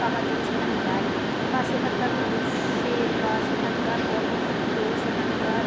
পাওয়ার জন্য সেখানে যায় বা সেখানকার মানুষের বা সেখানকার কর্মক্ষেত্র সেখানকার